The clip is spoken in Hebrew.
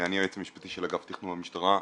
אני היועץ המשפטי של האגף לתכנון במשטרה.